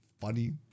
funny